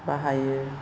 बाहायो